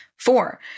Four